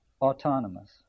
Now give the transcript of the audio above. autonomous